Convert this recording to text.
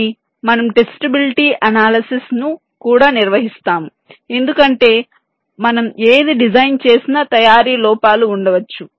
కానీ మనము testability analysis ను కూడా నిర్వహిస్తాము ఎందుకంటే మనం ఏది డిజైన్ చేసినా తయారీ లోపాలు ఉండవచ్చు